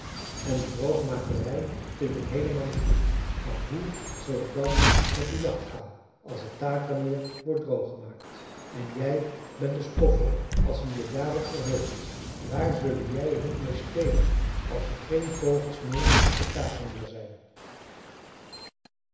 en die droogmakerij vind ik heelemaal niet goed want hoe zal het dan met de jacht gaan als het takermeer wordt droog gemaakt en jij bent een stoffel als je je daarop verheugt waar zullen jij en ik meê spelen als er geen vogels meer op het takermeer zijn